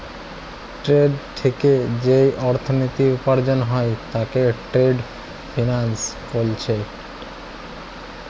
trade থিকে যেই অর্থনীতি উপার্জন হয় তাকে ট্রেড ফিন্যান্স বোলছে